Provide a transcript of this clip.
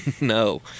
No